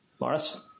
Morris